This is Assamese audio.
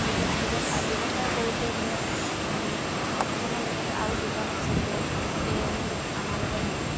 ব্যৱসায় কৰোঁতে মোৰ মানুহজনৰ লগতে আও দুজন আছে তেওঁ তেওঁলোক আমাৰ লগত